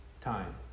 time